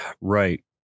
Right